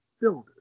builders